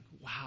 wow